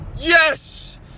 Yes